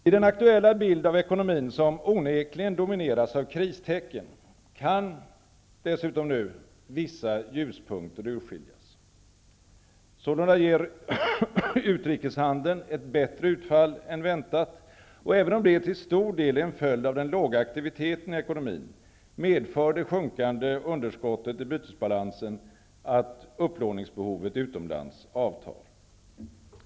I den aktuella bild av ekonomin som onekligen domineras av kristecken kan dessutom nu vissa ljuspunkter urskiljas. Sålunda ger utrikeshandeln ett bättre utfall än väntat. Även om detta till stor del är en följd av den låga aktiviteten i ekonomin, medför det sjunkande underskottet i bytesbalansen att upplåningsbehovet utomlands avtar.